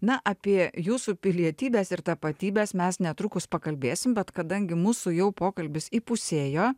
na apie jūsų pilietybes ir tapatybes mes netrukus pakalbėsim bet kadangi mūsų jau pokalbis įpusėjo